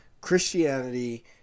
Christianity